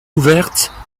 couvertes